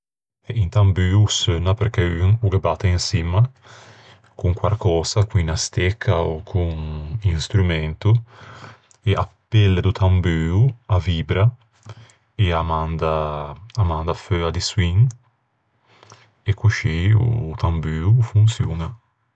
O tambuo o seunna perché un o ghe batte in çimma con quarcösa, con unna stecca, con un strumento. E a pelle do tambuo a vibra, e a manda-a manda feua di soin. E coscì o tambuo o fonçioña.